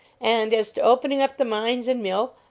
and as to opening up the mines and mill,